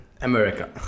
America